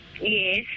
Yes